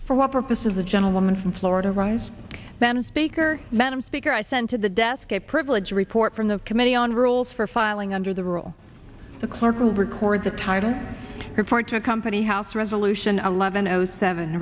for what purpose is the gentleman from florida rise then speaker madam speaker i sent to the desk a privilege to report from the committee on rules for filing under the rule the clerk record the title report to accompany house resolution on level no seven